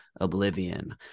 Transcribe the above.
Oblivion